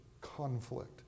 conflict